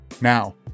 Now